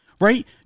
Right